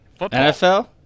NFL